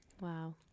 Wow